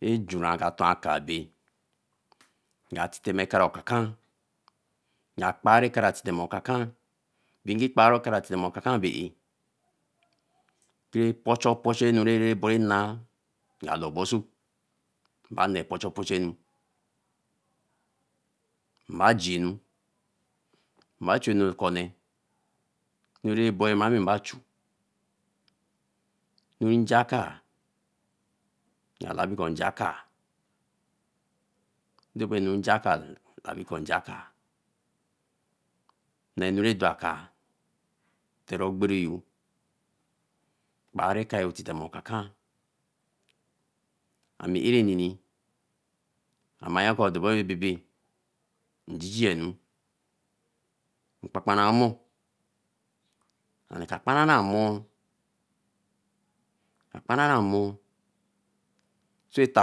Eh, ajuna ka ton akai abeeh. nka titen okara paparan. ka kpari okara titen okakan. gbin ti kparan okara titen okakan. bae eh. tore pocho Pocho anu ra nah nga loo obo so. mba na pocho pocho anu. Mba jie anu. mba chu anu okone. anu ra bo ani mba chu. rein jakar. nga labi kor njaker Ami arenini amoyanko dubera bebe njijienu. nkpapanranmei and if nkpapanranmei soe ota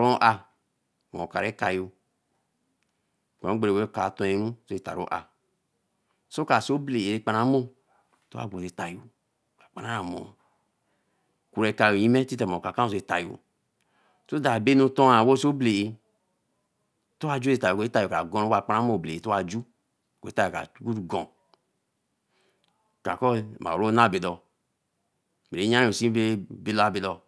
roe ah. wen ka re kaya. so ka see obalea see kpanranmei. akparan ran amoi kura ekayo yime so etayo so that abanu toma wa see obelea ewa kparanmei to wa ju. kra ko aowe ra nah bodo. bere yanransi bae nabodo.